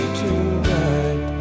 tonight